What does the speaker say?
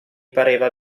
pareva